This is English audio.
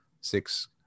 six